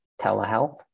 telehealth